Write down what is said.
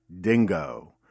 dingo